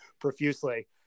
profusely